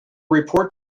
report